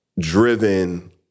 driven